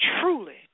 truly